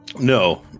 No